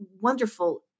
wonderful